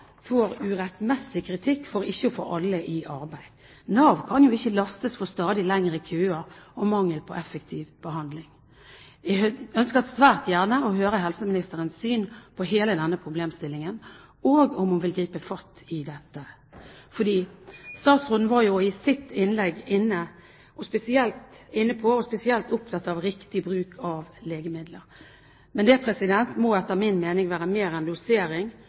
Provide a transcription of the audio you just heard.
får urettmessig kritikk for ikke å få alle i arbeid. Nav kan jo ikke lastes for stadig lengre køer og mangel på effektiv behandling. Jeg ønsker svært gjerne å høre helseministerens syn på hele denne problemstillingen og om hun vil gripe fatt i dette. Statsråden var jo i sitt innlegg spesielt inne på og spesielt opptatt av riktig bruk av legemidler. Men det må etter min mening være mer enn dosering,